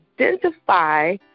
identify